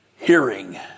Hearing